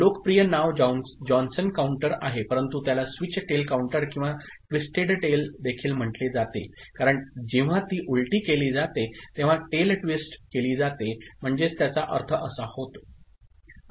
लोकप्रिय नाव Johnson counter आहे परंतु त्याला स्विच टेल काउंटर किंवा ट्विस्टेड टेल देखील म्हटले जाते कारण जेव्हा ती उलटी केली जाते तेव्हा टेल ट्विस्ट केली जाते म्हणजेच त्याचा अर्थ असा होतो